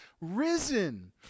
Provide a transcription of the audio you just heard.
risen